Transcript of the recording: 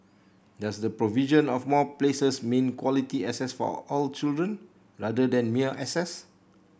does the provision of more places mean quality access for all children rather than mere access